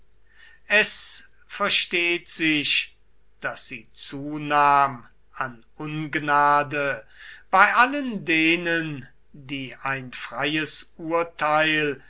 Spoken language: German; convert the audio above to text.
es versteht sich daß sie zunahm an ungnade bei allen denen die ein freies urteil